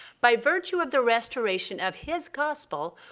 by virtue of the restoration of his gospel,